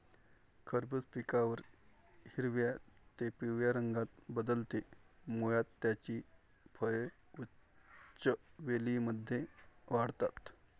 खरबूज पिकल्यावर हिरव्या ते पिवळ्या रंगात बदलते, मुळात त्याची फळे उंच वेलींमध्ये वाढतात